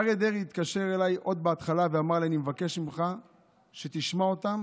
אריה דרעי התקשר אליי עוד בהתחלה ואמר לי: אני מבקש ממך שתשמע אותם